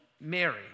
Mary